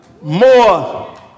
more